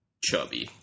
chubby